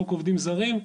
חוק העובדים הזרים,